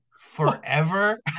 forever